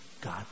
God